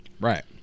Right